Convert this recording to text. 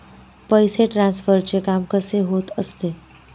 पैसे ट्रान्सफरचे काम कसे होत असते?